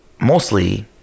mostly